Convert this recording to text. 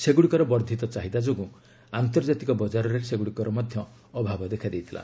ସେଗୁଡ଼ିକର ବର୍ଦ୍ଧିତ ଚାହିଦା ଯୋଗୁଁ ଆନ୍ତର୍ଜାତିକ ବଜାରରେ ସେଗୁଡ଼ିକର ମଧ୍ୟ ଅଭାବ ଦେଖାଦେଇଥିଲା